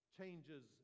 changes